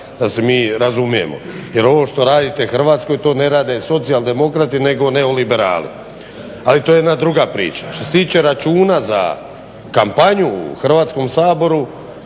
da se mi razumijemo jer ovo što radite Hrvatskoj to ne rade socijaldemokrati nego neoliberali. Ali to je jedna druga priča. Što se tiče računa za kampanju u Hrvatskom saboru